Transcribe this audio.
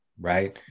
right